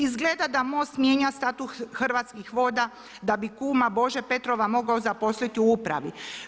Izgleda da MOST mijenja status Hrvatskih voda da bi kuma Bože Petrova mogao zaposliti u upravi.